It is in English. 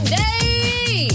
day